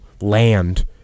land